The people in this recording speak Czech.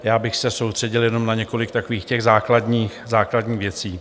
Já bych se soustředil jenom na několik takových těch základních věcí.